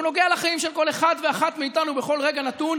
הוא נוגע לחיים של כל אחד ואחת מאיתנו בכל רגע נתון,